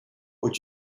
would